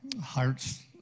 hearts